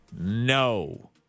No